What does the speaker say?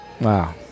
Wow